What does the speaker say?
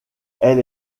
elle